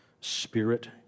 spirit